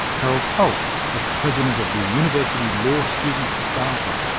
harold holt was president of the university law students' society.